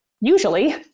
usually